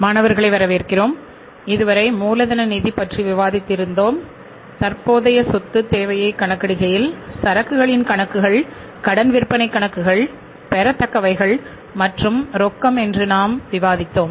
மாணவர்களை வரவேற்கிறோம்இது வரை மூலதன நிதி பற்றி விவாதித்திருக்கிறோம் தற்போதைய சொத்துத் தேவையை கணக்க்கிடுகையில் சரக்குகளின் கணக்குகள் கடன் விற்பனை கணக்குகள் பெறத்தக்கவைகள் மற்றும் ரொக்கம் என்று நாம் விவாதித்தோம்